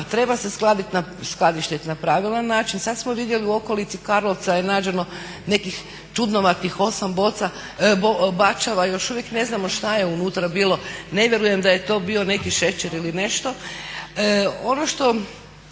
treba se skladištit na pravilan način. Sad smo vidjeli, u okolici Karlovca je nađeno nekih čudnovatih 8 boca, bačava, još uvijek ne znamo šta je unutra bila. Ne vjerujem da je to bio neki šećer ili nešto.